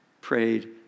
prayed